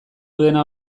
dena